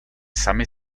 sami